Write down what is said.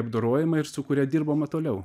apdorojama ir su kuria dirbama toliau